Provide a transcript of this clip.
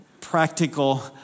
practical